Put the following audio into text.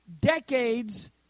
decades